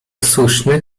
słuszne